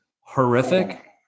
horrific